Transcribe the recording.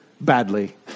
badly